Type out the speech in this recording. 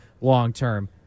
long-term